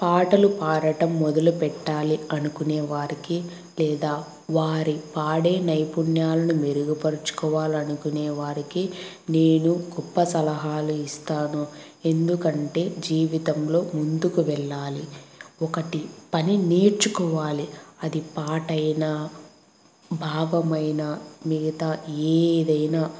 పాటలు పాడడం మొదలు పెట్టాలి అనుకునే వారికి లేదా వారి పాడే నైపుణ్యాలను మెరుగుపరుచుకోవాలనుకునే వారికి నేను గొప్ప సలహాలు ఇస్తాను ఎందుకంటే జీవితంలో ముందుకు వెళ్ళాలి ఒకటి పని నేర్చుకోవాలి అది పాటయినా భావమైనా మిగతా ఏదైనా